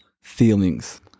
feelings